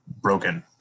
broken